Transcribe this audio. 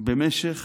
במשך